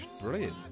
brilliant